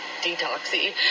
detoxy